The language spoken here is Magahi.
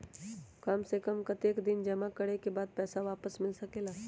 काम से कम कतेक दिन जमा करें के बाद पैसा वापस मिल सकेला?